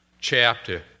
chapter